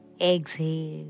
exhale